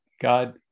God